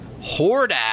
Hordak